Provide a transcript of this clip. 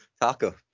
taco